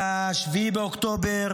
ב-7 באוקטובר